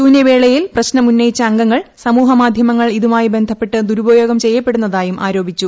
ശൂന്യവേളയിൽ പ്രശ്നമുന്നയിച്ച അംഗങ്ങൾ സമൂഹമാധ്യമങ്ങൾ ഇതുമായി ബന്ധപ്പെട്ട് ദുരപയോഗം ചെയ്യപ്പെടുന്നതായും ആരോപിച്ചു